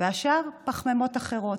והשאר, פחמימות אחרות.